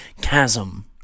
Chasm